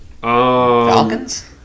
Falcons